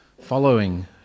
following